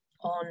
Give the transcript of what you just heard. on